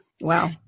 Wow